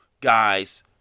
guys